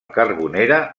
carbonera